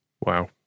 Wow